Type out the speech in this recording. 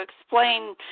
explain